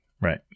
Right